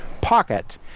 pocket